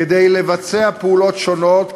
כדי לבצע פעולות שונות,